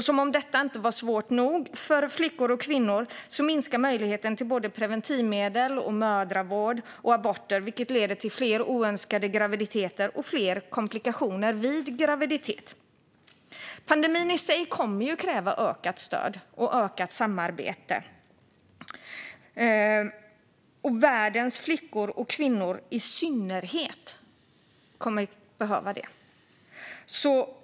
Som om detta inte var svårt nog för flickor och kvinnor minskar möjligheterna till preventivmedel, mödravård och aborter, vilket leder till fler oönskade graviditeter och fler komplikationer vid graviditet. Pandemin i sig kommer att kräva ökat stöd och ökat samarbete, och i synnerhet världens flickor och kvinnor kommer att behöva det.